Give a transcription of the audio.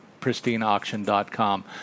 pristineauction.com